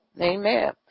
Amen